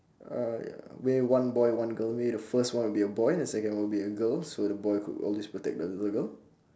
uh ya maybe one boy one girl maybe the first one will be a boy the second one will be a girl so the boy could always protect the the girl you know